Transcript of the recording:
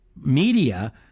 media